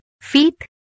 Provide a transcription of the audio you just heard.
feet